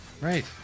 Right